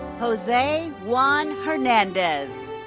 jose juan hernandes.